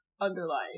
underlying